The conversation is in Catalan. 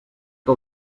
que